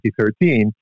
2013